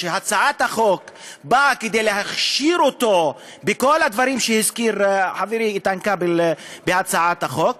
שהצעת החוק באה להכשיר בכל הדברים שהזכיר חברי איתן כבל בהצעת החוק,